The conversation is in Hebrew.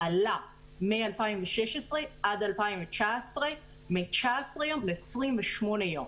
עלה מ-2016 עד 2019 מ-19 ל-28 ימים.